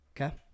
Okay